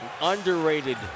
underrated